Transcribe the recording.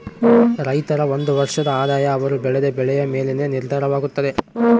ರೈತರ ಒಂದು ವರ್ಷದ ಆದಾಯ ಅವರು ಬೆಳೆದ ಬೆಳೆಯ ಮೇಲೆನೇ ನಿರ್ಧಾರವಾಗುತ್ತದೆ